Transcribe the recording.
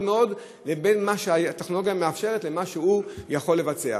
מאוד בין מה שהטכנולוגיה מאפשרת לבין מה שהוא יכול לבצע.